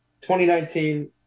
2019